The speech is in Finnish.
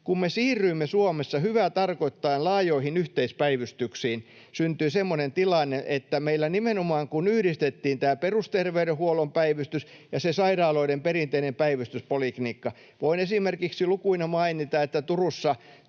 Kun me siirryimme Suomessa hyvää tarkoittaen laajoihin yhteispäivystyksiin, syntyi semmoinen tilanne, että meillä nimenomaan, kun yhdistettiin tämä perusterveydenhuollon päivystys ja se sairaaloiden perinteinen päivystyspoliklinikka — voin esimerkiksi lukuina mainita, että Turussa